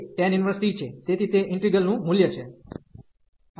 તેથી આ 2t છે તેથી તે ઈન્ટિગ્રલ નું મૂલ્ય છે